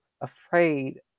afraid